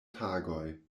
tagoj